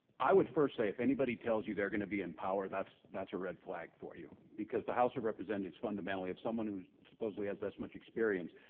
i would first say, if anybody tells you they're gonna be in power, that's that's a red flag for you. because the house of representatives fundamentally, if someone who supposedly has this much experience,